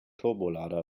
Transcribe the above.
turbolader